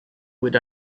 with